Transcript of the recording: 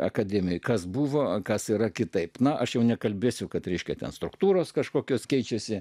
akademikas buvo kas yra kitaip na aš jau nekalbėsiu kad reiškia ten struktūros kažkokios keičiasi